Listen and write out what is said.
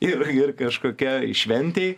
ir ir kažkokia šventėj